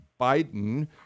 Biden